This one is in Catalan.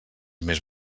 més